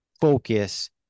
focus